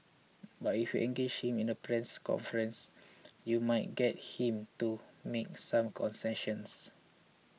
but if engage him in a press conference you might get him to make some concessions